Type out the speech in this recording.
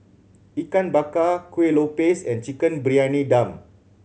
Ikan Bakar Kueh Lopes and Chicken Briyani Dum